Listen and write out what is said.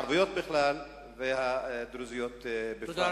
הערביות בכלל והדרוזיות בפרט.